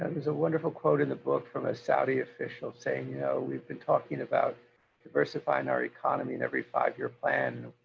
there's a wonderful quote in the book from a saudi official saying, yeah we've been talking about diversifying our economy in every five-year plan.